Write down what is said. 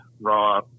raw